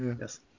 Yes